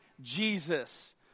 Jesus